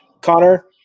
Connor